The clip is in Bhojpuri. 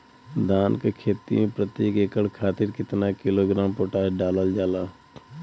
धान क खेती में प्रत्येक एकड़ खातिर कितना किलोग्राम पोटाश डालल जाला?